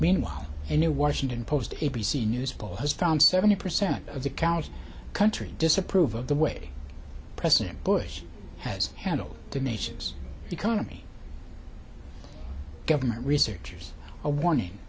meanwhile a new washington post a b c news poll has found seventy percent of the counties country disapprove of the way president bush has handled the nation's economy government researchers a warning